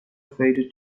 faded